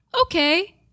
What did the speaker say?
okay